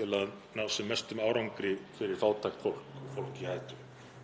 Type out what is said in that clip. til að ná sem mestum árangri fyrir fátækt fólk